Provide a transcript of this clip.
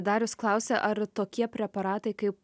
darius klausia ar tokie preparatai kaip